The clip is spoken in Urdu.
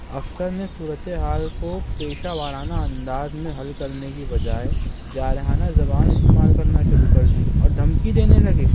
افسر نے صورت حال کو پیشہ وارانہ انداز میں حل کر نے کے بجائے جارحانہ زبان استعمال کرنا شروع کر دی اور دھمکی دینے لگے